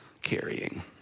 carrying